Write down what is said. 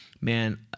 man